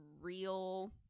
real